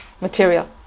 material